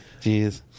Jeez